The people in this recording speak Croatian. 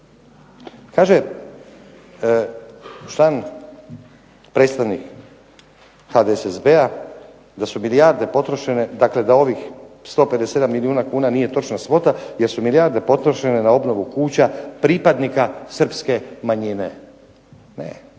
Kaže, član predstavnik HDSSB-a da su milijarde potrošene, da ovih 157 milijuna nije točna svota jer su milijarde potrošene na obnovu kuća pripadnika Srpske manjine.